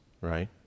right